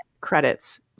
credits